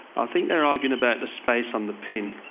i think they're arguing about the space on the pin.